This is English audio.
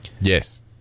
Yes